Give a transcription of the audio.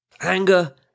Anger